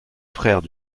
frère